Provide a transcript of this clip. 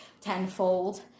tenfold